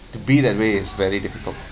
to be that way is very difficult